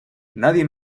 nadie